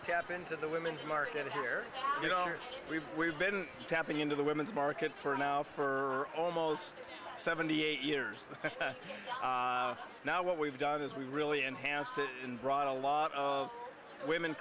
step into the women's market here you know we've we've been tapping into the women's market for now for almost seventy eight years now what we've done is we really enhanced it and brought a lot of women